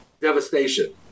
devastation